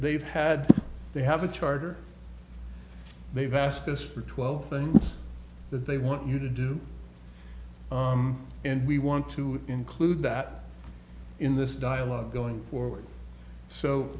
they've had they have a charter they've asked us for twelve things that they want you to do and we want to include that in this dialogue going forward so